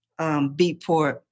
Beatport